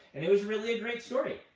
and it was really a great story.